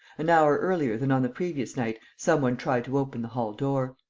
an hour earlier than on the previous night some one tried to open the hall-door.